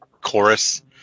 chorus